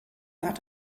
got